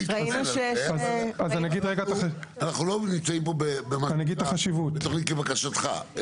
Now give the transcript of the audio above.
אנחנו לא נמצאים פה בתוכנית כבקשתך.